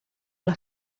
las